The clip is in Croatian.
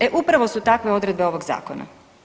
E upravo su takve odredbe ovog zakona.